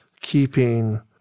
keeping